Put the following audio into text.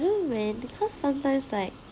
no man because sometimes like